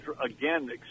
again